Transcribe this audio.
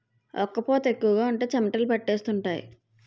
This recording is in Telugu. ఒక్క పూత ఎక్కువగా ఉంటే చెమటలు పట్టేస్తుంటాయి